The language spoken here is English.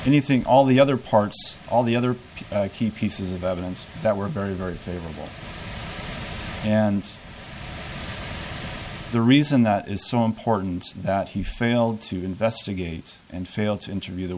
anything all the other parts all the other key pieces of evidence that were very very favorable and the reason that is so important that he failed to investigate and fail to interview the